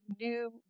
new